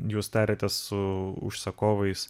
jūs tariatės su užsakovais